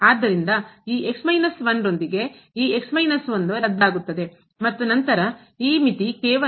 ಆದ್ದರಿಂದ ಈ ರೊಂದಿಗೆ ಈ ಮತ್ತು ನಂತರ ಈ ಮಿತಿ ಕೇವಲ